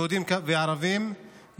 יהודים וערבים,